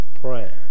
prayer